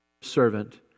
servant